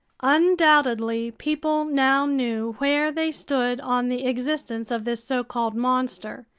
undoubtedly people now knew where they stood on the existence of this so-called monster.